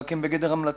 רק שהן בגדר המלצות.